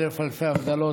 אלף אלפי הבדלות,